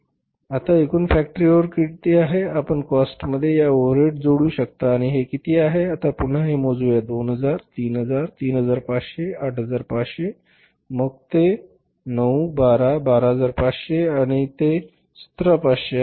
तर आता एकूण फॅक्टरी ओव्हरहेड किती आहे आपण काॅस्टमध्ये या ओव्हरहेड्स जोडू शकता आणि हे किती आहेत आता पुन्हा हे मोजूया 2000 3000 3500 8500 मग ते 9 12 12500 आणि हे 17500 आहे